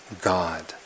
God